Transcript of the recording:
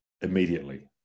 immediately